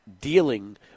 dealing